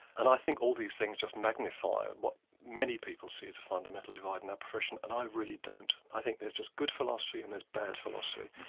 and i think all these things just magnify what many people see as a fundamental divide in our profession, and i really don't, i think there's just good philosophy and there's bad philosophy,